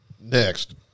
Next